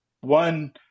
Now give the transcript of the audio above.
one